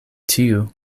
tiu